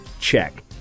check